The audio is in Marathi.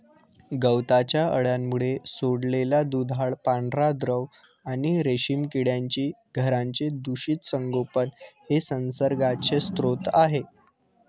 गवताच्या अळ्यांमुळे सोडलेला दुधाळ पांढरा द्रव आणि रेशीम किड्यांची घरांचे दूषित संगोपन हे संसर्गाचे स्रोत आहे